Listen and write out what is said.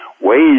ways